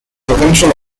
provincial